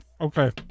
Okay